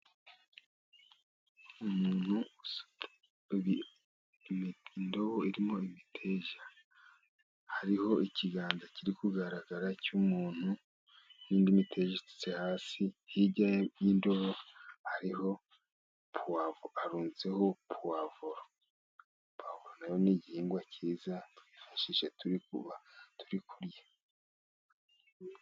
Umuntu usuka indobo irimo ibiteja, hariho ikiganza kiri kugaragara cy' umuntu, n' indi miteja isutse hasi, hirya y' indobo hariho harunzeho puwavuro. Puwavuro nayo ni gihingwa cyiza twifashisha turi (kuba turi) kurya.